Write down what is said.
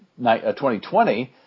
2020